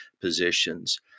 positions